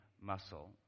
muscle